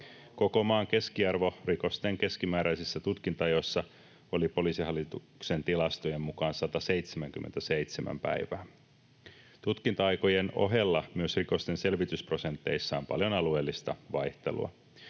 Koko maan keskiarvo rikosten keskimääräisissä tutkinta-ajoissa oli Poliisihallituksen tilastojen mukaan 177 päivää. Tutkinta-aikojen ohella myös rikosten selvitysprosenteissa on paljon alueellista vaihtelua.